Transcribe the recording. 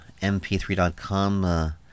mp3.com